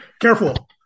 Careful